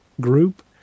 group